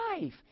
life